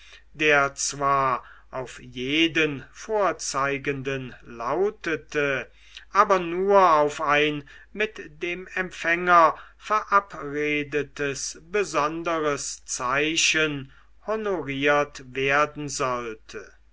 der zwar auf jeden vorzeigenden lautete aber nur auf ein mit dem empfänger verabredetes zeichen honoriert werden sollte